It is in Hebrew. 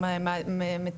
בסדר,